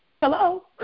Hello